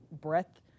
breadth